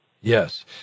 Yes